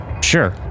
sure